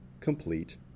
complete